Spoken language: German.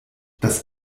das